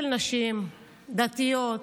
זה חיים של נשים דתיות,